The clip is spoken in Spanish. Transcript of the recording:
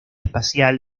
espacial